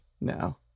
No